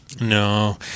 No